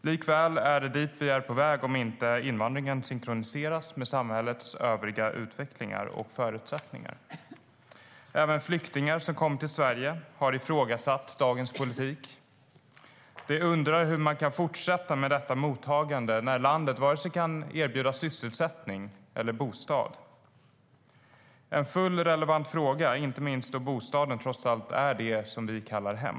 Likväl är det dit vi är på väg om invandringen inte synkroniseras med samhällets övriga utveckling och förutsättningar. Även flyktingar som kommer till Sverige har ifrågasatt dagens politik. De undrar hur man kan fortsätta med detta mottagande när landet varken kan erbjuda sysselsättning eller bostad. Det är en relevant fråga, inte minst då bostaden trots allt är det som vi kallar hem.